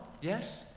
Yes